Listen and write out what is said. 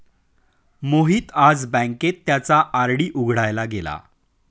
मोहित आज बँकेत त्याचा आर.डी उघडायला गेला